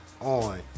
on